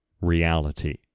reality